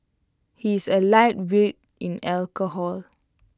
he is A lightweight in alcohol